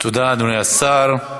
תודה, אדוני השר.